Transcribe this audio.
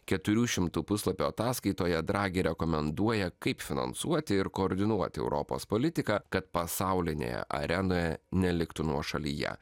keturių šimtų puslapių ataskaitoje dragi rekomenduoja kaip finansuoti ir koordinuoti europos politiką kad pasaulinėje arenoje neliktų nuošalyje